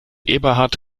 eberhard